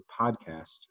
PODCAST